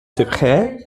sucré